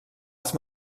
els